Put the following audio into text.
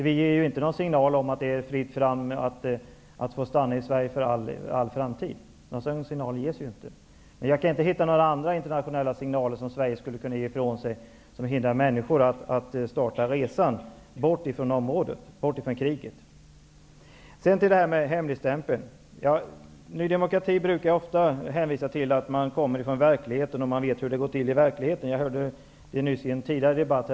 Vi ger inte några signaler om att det är fritt fram att stanna i Sverige för all framtid. Men jag kan inte se några andra internationella signaler som Sverige skulle kunna ge ifrån sig för att hindra människor från att starta resan bort från kriget. Sedan vidare till frågan om hemligstämpel. Ledamöter från Ny demokrati brukar ofta hänvisa till att de kommer från verkligheten. Jag hörde John Bouvin hänvisa till det argumentet alldeles nyss i en debatt.